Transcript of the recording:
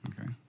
Okay